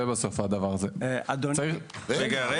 אם